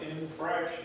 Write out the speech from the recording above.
infraction